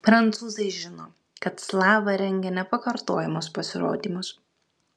prancūzai žino kad slava rengia nepakartojamus pasirodymus